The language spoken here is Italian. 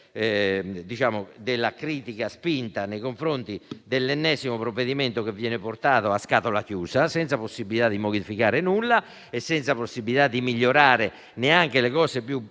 di una critica spinta nei confronti dell'ennesimo provvedimento che viene portato a scatola chiusa, senza la possibilità di modificare nulla e senza la possibilità di migliorare neanche le cose più